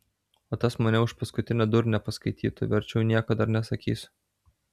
o tas mane už paskutinę durnę paskaitytų verčiau nieko dar nesakysiu